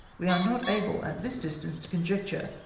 we are not able at this distance to conjecture,